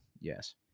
Yes